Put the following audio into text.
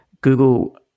google